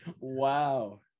wow